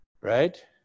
right